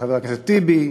לחבר הכנסת טיבי,